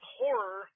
horror